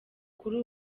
kuri